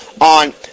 on